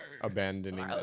abandoning